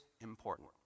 important